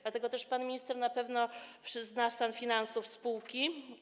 Dlatego też pan minister na pewno zna stan finansów spółki.